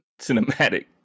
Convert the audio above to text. cinematic